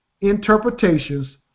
interpretations